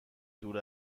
دور